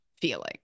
feeling